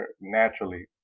Naturally